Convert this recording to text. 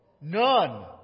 None